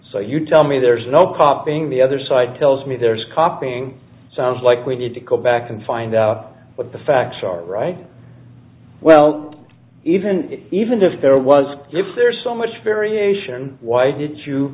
so you tell me there's no copying the other side tells me there's copying it sounds like we need to go back and find out what the facts are right well even even if there was if there's so much variation why did you